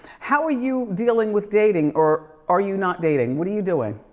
how are you dealing with dating or are you not dating? what are you doing?